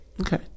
Okay